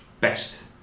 best